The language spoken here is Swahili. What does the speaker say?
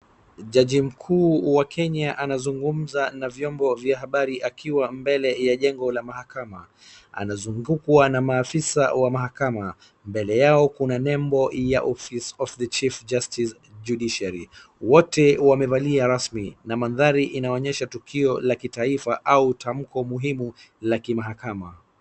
Jaji mkuu wa Kenya anazungumza na vyombo vya habari akiwa mbele ya jengo la mahakama. Anazungukwa na maafisa wa mahakama. Mbele yao kuna nembo ya office of the chief justice judiciary . Wote wamevalia rasmi, na mandhari inaonyesha tukio la kitaifa au tamko muhimu la kimahakama.